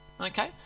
Okay